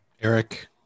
Eric